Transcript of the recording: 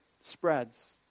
spreads